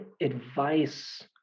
advice